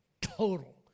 total